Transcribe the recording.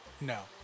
No